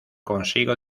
consigo